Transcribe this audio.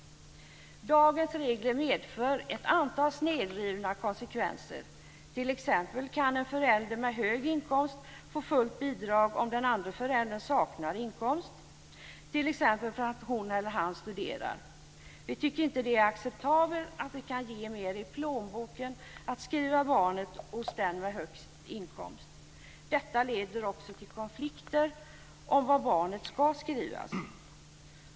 Dagens regler medför ett antal snedvridna konsekvenser. T.ex. kan en förälder med hög inkomst få fullt bidrag om den andre föräldern saknar inkomst, t.ex. för att hon eller han studerar. Vi tycker inte att det är acceptabelt att det kan ge mer i plånboken att skriva barnet hos den som har högst inkomst. Detta leder också till konflikter om var barnet ska skrivas.